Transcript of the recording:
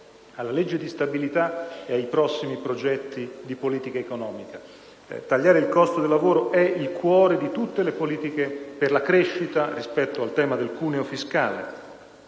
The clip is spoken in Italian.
alla legge di stabilità e ai prossimi progetti di politica economica. Tagliare il costo del lavoro è il cuore di tutte le politiche per la crescita rispetto al tema del cuneo fiscale.